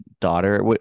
daughter